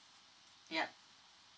yeah